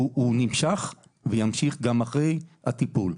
שהוא נמשך וימשיך גם אחרי הטיפול.